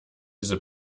diese